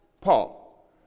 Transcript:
Paul